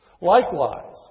Likewise